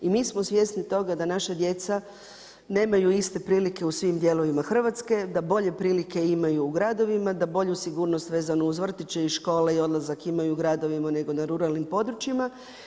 I mi smo svjesni toga da naša djeca nemaju iste prilike u svim dijelovima Hrvatske, da bolje prilike imaju u gradovima, da bolju sigurnost vezanu uz vrtiće i škole i odlazak imaju u gradovima nego na ruralnim područjima.